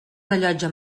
rellotge